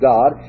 God